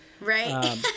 Right